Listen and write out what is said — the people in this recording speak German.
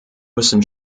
müssen